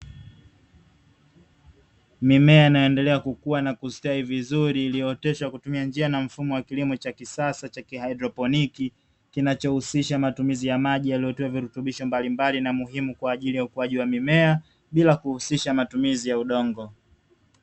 Mimea inayoendelea kukua na kustawi vizuri iliyooteshwa kutumia njia na mfumo wa kilimo cha kisasa cha Haidroponiki, kinacho husisha matumizi ya maji yaliyotiwa virutubisho mbalimbali na muhimu kwa ajili ya ukuaji wa mimea, bila kuhusisha matumizi ya udongo.